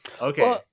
Okay